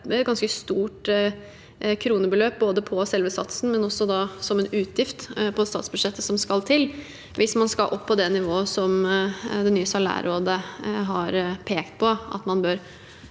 et ganske stort kronebeløp på selve satsen og også da som en utgift på statsbudsjettet som skal til, hvis man skal opp på det nivået som det nye salærrådet har pekt på at man bør